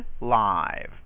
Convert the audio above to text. live